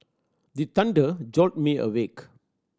the thunder jolt me awake